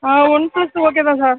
one plus okay தான் sir